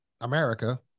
America